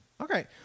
Okay